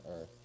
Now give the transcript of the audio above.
earth